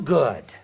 good